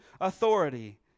authority